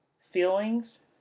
Feelings